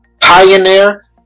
pioneer